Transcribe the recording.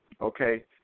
okay